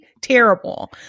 terrible